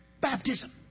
Baptism